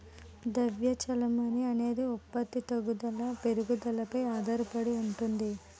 ద్రవ్య చెలామణి అనేది ఉత్పత్తి తగ్గుదల పెరుగుదలపై ఆధారడి ఉంటుంది